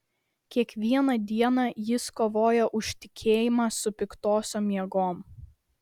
kiekvieną dieną jis kovojo už tikėjimą su piktosiom jėgom